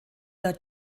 der